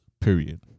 period